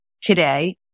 today